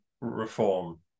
reform